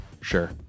Sure